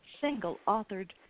single-authored